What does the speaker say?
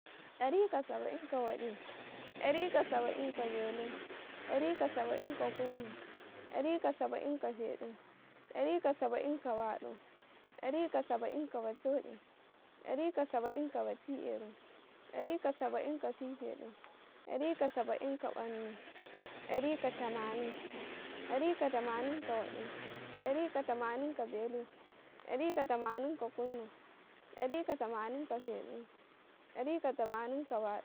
﻿ɗarika saba'in ka waɗi, ɗarika saba'in ka belu, ɗarika saba'in ka kunnu, ɗarika saba'in kafeɗu, ɗarika saba'in kabaɗu, ɗarika saba'in ka bachoi, ɗarika saba'in ka bachi belu, ɗarika saba'in ka fifeɗu, ɗarika saba'in ka bannu, ɗarika tamanin, ɗarika tamanin ka waɗi, ɗarika tamanin ka belu ,ɗarika tamanin ka kunnu, ɗarika tamanin ka feɗu, ɗarika tamanin baɗu.